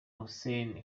hussein